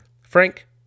Frank